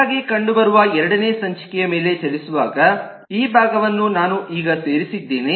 ಆಗಾಗ್ಗೆ ಕಂಡುಬರುವ ಎರಡನೇ ಸಂಚಿಕೆಯ ಮೇಲೆ ಚಲಿಸುವಾಗ ಈ ಭಾಗವನ್ನು ನೋಡಿ ಈ ಭಾಗವನ್ನು ನಾನು ಈಗ ಸೇರಿಸಿದ್ದೇನೆ